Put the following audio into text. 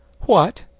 what!